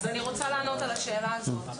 אז אני רוצה לענות על השאלה הזאת.